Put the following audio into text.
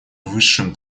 высшим